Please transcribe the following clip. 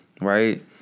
Right